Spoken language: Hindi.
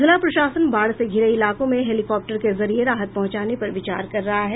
जिला प्रशासन बाढ़ से घिरे इलाकों में हेलिकॉप्टर के जरिये राहत पहुंचाने पर विचार कर रहा है